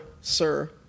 sir